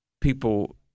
people